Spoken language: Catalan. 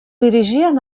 dirigien